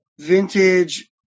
vintage